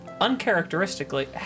uncharacteristically